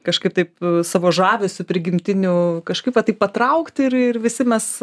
kažkaip taip savo žavesiu prigimtiniu kažkaip va taip patraukt ir ir visi mes